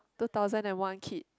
two thousand and one kid